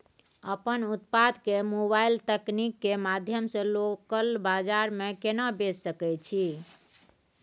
अपन उत्पाद के मोबाइल तकनीक के माध्यम से लोकल बाजार में केना बेच सकै छी?